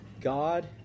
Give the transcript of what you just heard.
God